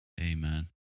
Amen